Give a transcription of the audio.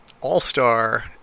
All-Star